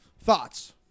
Thoughts